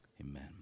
Amen